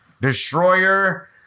Destroyer